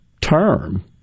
term